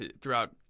throughout